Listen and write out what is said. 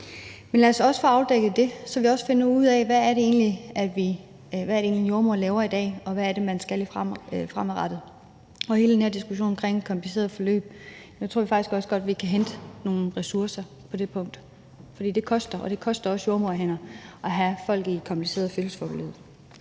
lad os også få afdækket det, så vi finder ud af, hvad det egentlig er, en jordemoder laver i dag, og hvad det er, man skal lave fremadrettet. Hvad angår hele den her diskussion om komplicerede forløb, tror jeg faktisk også, at vi kan hente nogle ressourcer på det punkt. For det koster, og det koster også jordemoderhænder at have folk i komplicerede fødselsforløb.